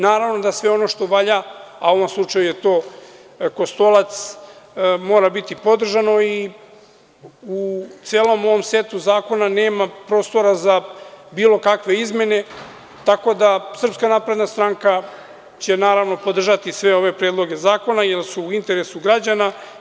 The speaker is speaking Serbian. Naravno da sve ono što valja, a u ovom slučaju je to Kostolac, mora biti podržano i u celom ovom setu zakona nema prostora za bilo kakve izmene, tako da će SNS, naravno, podržati sve ove predloge zakona, jer su u interesu građana.